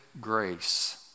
grace